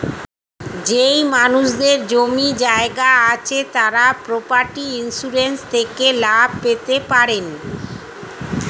যেই মানুষদের জমি জায়গা আছে তারা প্রপার্টি ইন্সুরেন্স থেকে লাভ পেতে পারেন